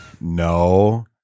No